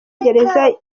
gereza